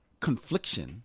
confliction